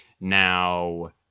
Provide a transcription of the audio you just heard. Now